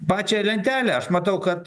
pačią lentelę aš matau kad